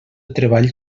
treball